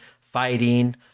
fighting